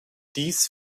dies